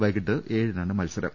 വൈകീട്ട് ഏഴിനാണ് മത്സരം